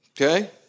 Okay